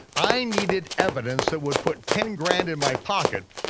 i needed evidence that would put ten grand in my pocket,